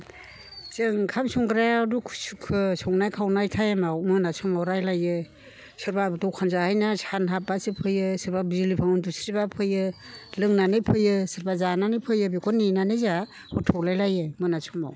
जों ओंखाम संग्रायाव दुखु सुखु संनाय खावनाय टाइमाव मोना समाव रायज्लायो सोरबा दखान जाहैना सान हाबबासो फैयो सोरबा बिलिफाङाव उन्दुस्रिबा फैयो लोंनानै फैयो सोरबा जानानै फैयो बेखौ नेनानै जोंहा हर थौलाय लायो मोना समाव